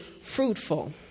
fruitful